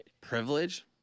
privilege